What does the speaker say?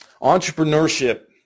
Entrepreneurship